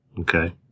Okay